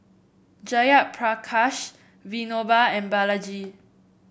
Jayaprakash Vinoba and Balaji